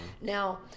Now